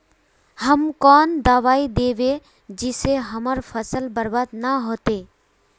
हम कौन दबाइ दैबे जिससे हमर फसल बर्बाद न होते?